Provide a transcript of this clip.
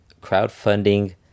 crowdfunding